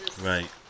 Right